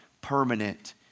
permanent